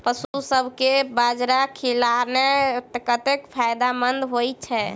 पशुसभ केँ बाजरा खिलानै कतेक फायदेमंद होइ छै?